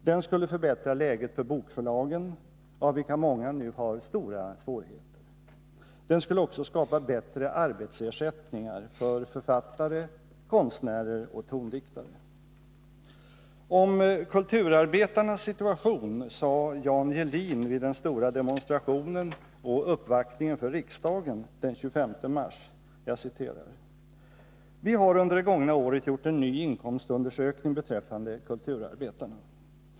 Den skulle förbättra läget för bokförlagen av vilka många nu har stora svårigheter. Den skulle också skapa bättre arbetsersättningar för författare, konstnärer och tondiktare. Om kulturarbetarnas situation sade Jan Gehlin vid den stora demonstrationen och uppvaktningen för riksdagen den 25 mars: ”Vi har under det gångna året gjort en ny inkomstundersökning beträffande kulturarbetarna.